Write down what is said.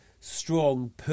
strong